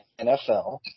NFL